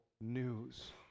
news